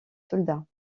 soldats